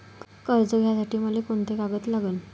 कर्ज घ्यासाठी मले कोंते कागद लागन?